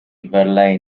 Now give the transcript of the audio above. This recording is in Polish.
verlai